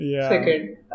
Second